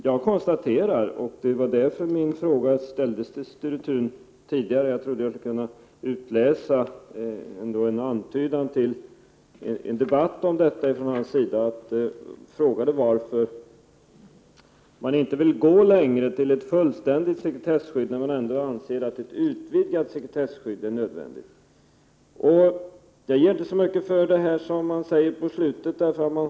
Jag trodde att jag i det som Sture Thun tidigare anförde ändå kunde finna en antydan till debatt, och det var därför som jag ställde en fråga till honom. Jag frågade varför inte majoriteten vill gå längre och införa ett fullständigt sekretesskydd, när man ändå anser att ett utvidgat sekretesskydd är nödvändigt. Jag ger inte mycket för det som han säger på slutet av sitt anförande.